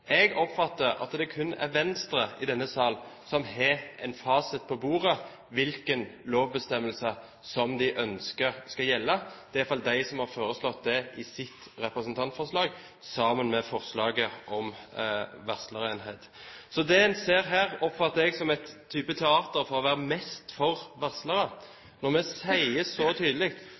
Jeg oppfatter det slik at det kun er Venstre i denne sal som har en fasit på bordet med hensyn til hvilken lovbestemmelse de ønsker skal gjelde. Det er iallfall de som har foreslått dette i sitt representantforslag, sammen med forslaget om varslerenhet. Det en ser her, oppfatter jeg som en type teater, om å være mest for varslere. Når vi så tydelig